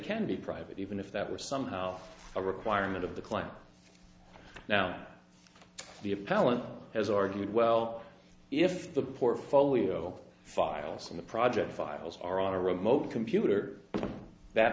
can be private even if that were somehow a requirement of the client now the appellant has argued well if the portfolio files in the project files are on a remote computer that